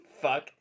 Fuck